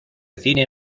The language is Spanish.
cine